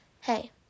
Hey